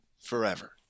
forever